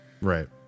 Right